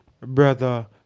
brother